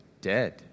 Dead